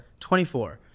24